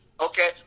okay